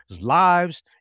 lives